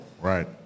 Right